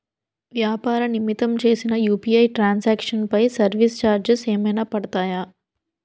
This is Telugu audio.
వ్యాపార నిమిత్తం చేసిన యు.పి.ఐ ట్రాన్ సాంక్షన్ పై సర్వీస్ చార్జెస్ ఏమైనా పడతాయా?